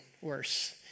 worse